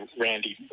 Randy